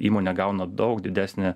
įmonė gauna daug didesnį